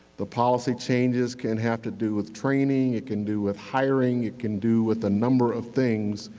the policy changes can have to do with training. it can do with hiring. it can do with a number of things.